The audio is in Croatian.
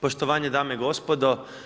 Poštovanje dame i gospodo.